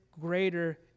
greater